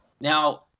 now